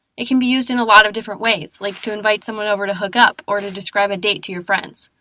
it can be used in a lot of different ways, like to invite someone over to hook up or to describe a date to your friends.